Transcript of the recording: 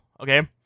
okay